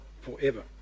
forever